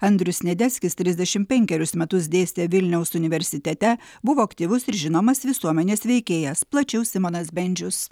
andrius sniadeckis trisdešimt penkerius metus dėstė vilniaus universitete buvo aktyvus ir žinomas visuomenės veikėjas plačiau simonas bendžius